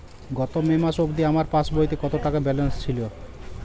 গত মে মাস অবধি আমার পাসবইতে কত টাকা ব্যালেন্স ছিল?